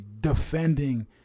defending